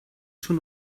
schon